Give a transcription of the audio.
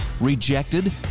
rejected